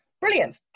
brilliant